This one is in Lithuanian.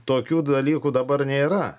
tokių dalykų dabar nėra